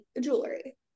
jewelry